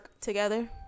together